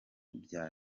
bya